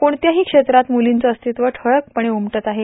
कोणत्याही क्षेत्रात म्रलींचं अस्तित्व ठळकपणं उमटत आहेत